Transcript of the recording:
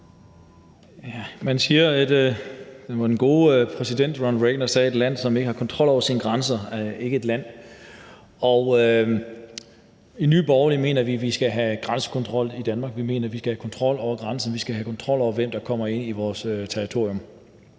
(NB): Det var den gode præsident Ronald Reagan, der sagde, at et land, der ikke har kontrol over sine grænser, er ikke et land. I Nye Borgerlige mener vi, at vi skal have grænsekontrol i Danmark, vi mener, at vi skal have kontrol over grænserne, vi skal have kontrol over, hvem der kommer ind på vores territorium.